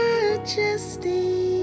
Majesty